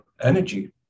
energy